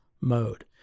mode